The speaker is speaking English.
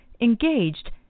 engaged